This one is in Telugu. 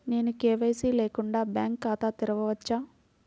నేను కే.వై.సి లేకుండా బ్యాంక్ ఖాతాను తెరవవచ్చా?